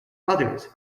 others